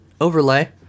overlay